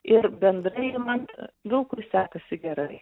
ir bendrai imant vilkui sekasi gerai